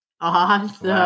Awesome